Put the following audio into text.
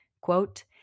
quote